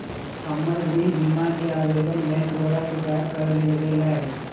हमर गृह बीमा कें आवेदन बैंक द्वारा स्वीकार कऽ लेल गेलय